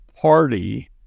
party